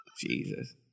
Jesus